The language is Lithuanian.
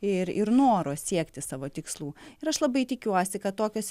ir ir noro siekti savo tikslų ir aš labai tikiuosi kad tokios